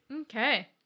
Okay